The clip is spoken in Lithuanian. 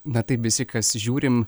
na taip visi kas žiūrim